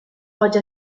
oggi